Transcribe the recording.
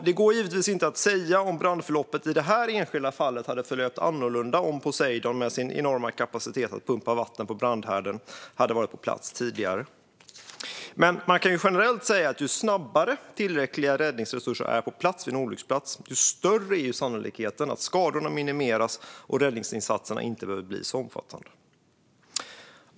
Det går givetvis inte att säga om brandförloppet i det här enskilda fallet hade sett annorlunda ut om Poseidon med sin enorma kapacitet att pumpa vatten på brandhärden hade varit på plats tidigare, men man kan generellt säga att ju snabbare tillräckliga räddningsresurser är på plats vid en olycka, desto större är sannolikheten att skadorna minimeras och att räddningsinsatserna inte behöver bli så omfattande.